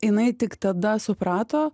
jinai tik tada suprato